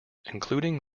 including